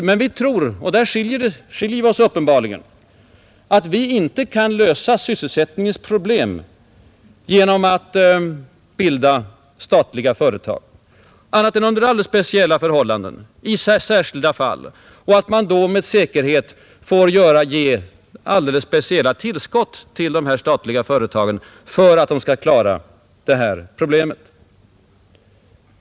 Men vi tror — och där skiljer vi oss uppenbarligen — att vi inte kan lösa sysselsättningens problem genom att bilda statliga företag annat än under alldeles speciella förhållanden och att man då måste ge alldeles speciella tillskott till de statliga företagen om de skall klara sysselsättningen.